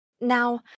Now